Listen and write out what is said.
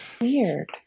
Weird